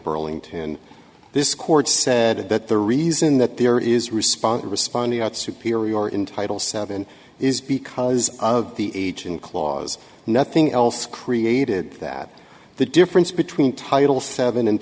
burlington this court said that the reason that there is response responding out superior in title seven is because of the age and clause nothing else created that the difference between title seven and